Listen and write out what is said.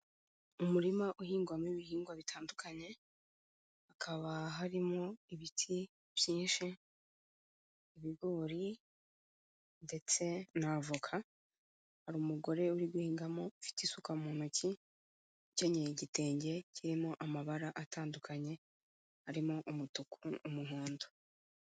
Umurima uhingwamo ibihingwa bitandukanye, hakaba harimo ibiti byinshi, ibigori ndetse n'avoka, hari umugore uri guhingamo ufite isuka mu ntoki, ukenyeye igitenge kirimo amabara atandukanye arimo umutuku, umuhondo.